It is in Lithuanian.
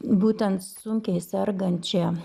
būtent sunkiai sergančią